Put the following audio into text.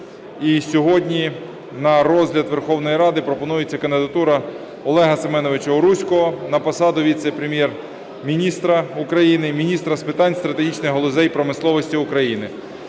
сьогодні на розгляд Верховної Ради пропонується кандидатура Олега Семеновича Уруського на посаду віце-прем'єр-міністра України – міністра з питань стратегічних галузей промисловості України.